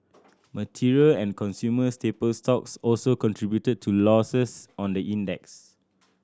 material and consumer staple stocks also contributed to losses on the index